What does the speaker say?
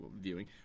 viewing